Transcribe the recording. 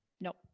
Nope